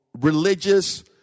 religious